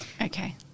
Okay